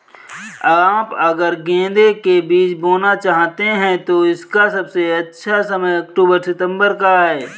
आप अगर गेंदे के बीज बोना चाहते हैं तो इसका सबसे अच्छा समय अक्टूबर सितंबर का है